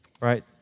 right